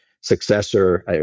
successor